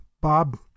Bob